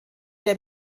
der